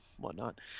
whatnot